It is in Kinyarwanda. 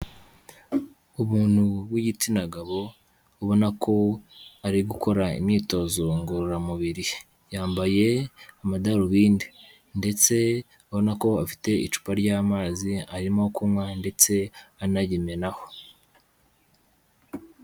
Umuntu w'igitsina gabo, ubona ko ari gukora imyitozo ngororamubiri, yambaye amadarubindi, ndetse urabona ko afite icupa ry'amazi, arimo kunywa ndetse anayimenaho.